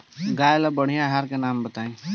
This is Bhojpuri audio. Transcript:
गाय ला बढ़िया आहार के नाम बताई?